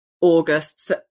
August